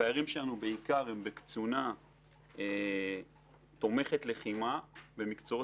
הפערים שלנו הם בעיקר בקצונה תומכת לחימה במקצועות